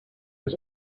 its